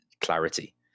clarity